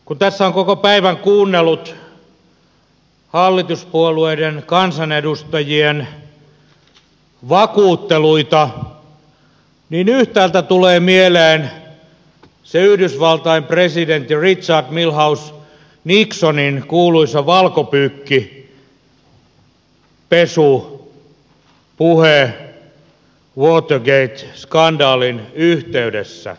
kun tässä on koko päivän kuunnellut hallituspuolueiden kansanedustajien vakuutteluita niin yhtäältä tulee mieleen se yhdysvaltain presidentti richard milhous nixonin kuuluisa valkopyykkipesupuhe watergate skandaalin yhteydessä